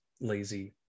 lazy